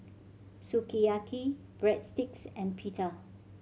Sukiyaki Breadsticks and Pita